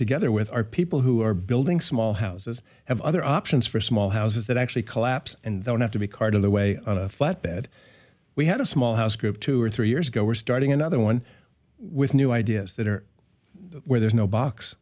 together with are people who are building small houses have other options for small houses that actually collapse and then have to be carted away on a flat bed we had a small house group two or three years ago we're starting another one with new ideas that are where there's no box